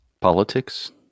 Politics